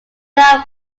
down